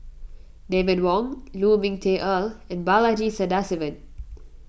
David Wong Lu Ming Teh Earl and Balaji Sadasivan